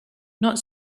not